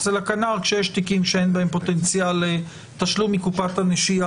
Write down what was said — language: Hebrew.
אצל הכנ"ר כשיש תיקים שאין בהם פוטנציאל לתשלום מקופת הנשייה,